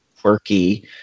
quirky